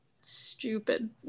stupid